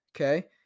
okay